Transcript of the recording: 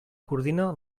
coordina